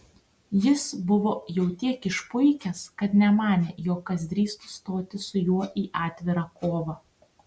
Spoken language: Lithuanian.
jis buvo jau tiek išpuikęs kad nemanė jog kas drįstų stoti su juo į atvirą kovą